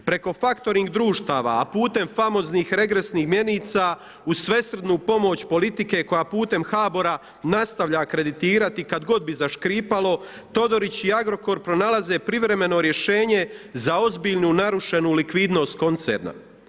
Preko faktoring društava, a putem famoznih regresnih mjenica uz svesrdnu pomoć politike koja putem HBOR-a nastavlja kreditirati kad god bi zaškripalo, Todorić i Agrokor pronalaze privremeno rješenje za ozbiljnu narušenu likvidnost koncerna.